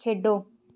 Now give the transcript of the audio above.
ਖੇਡੋ